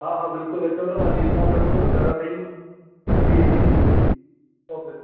हा हा बिल्कुलु अचो न मां निरमा में हुंदुमि न घर में ई जी जी जी ओके